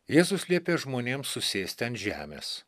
jėzus liepė žmonėms susėsti ant žemės